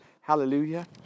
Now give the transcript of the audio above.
Hallelujah